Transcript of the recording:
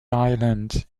island